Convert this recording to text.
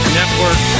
network